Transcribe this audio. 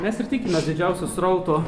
mes ir tikimės didžiausio srauto